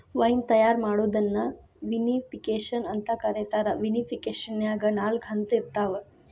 wine ತಯಾರ್ ಮಾಡೋದನ್ನ vinification ಅಂತ ಕರೇತಾರ, ವಿನಿಫಿಕೇಷನ್ನ್ಯಾಗ ನಾಲ್ಕ ಹಂತ ಇರ್ತಾವ